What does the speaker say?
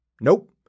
Nope